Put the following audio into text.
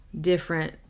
different